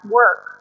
work